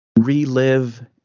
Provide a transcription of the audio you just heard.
relive